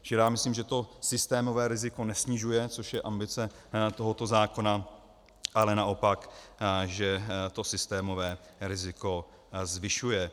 Čili já myslím, že to systémové riziko nesnižuje, což je ambice tohoto zákona, ale naopak, že to systémové riziko zvyšuje.